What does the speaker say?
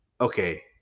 Okay